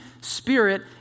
spirit